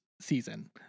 season